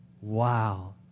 Wow